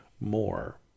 more